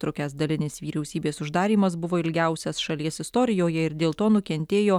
trukęs dalinis vyriausybės uždarymas buvo ilgiausias šalies istorijoje ir dėl to nukentėjo